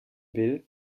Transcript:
will